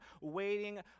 waiting